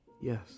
Yes